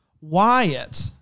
Wyatt